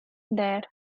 their